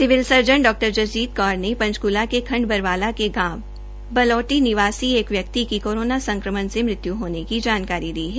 civil surgeon डॉ जसजीत कोर ने पंचकला के खंड बरवाला के गांव बलोटी निवासी एक व्यक्ति की कोरोना संक्रमण से मृत्यु होने की जानकारी भी दी है